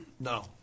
No